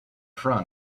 front